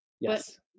Yes